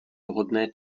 vhodné